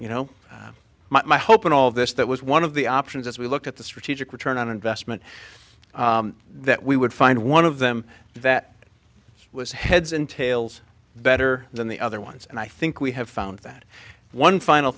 you know my hope in all of this that was one of the options as we look at the strategic return on investment that we would find one of them that it was heads and tails better than the other ones and i think we have found that one final